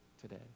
today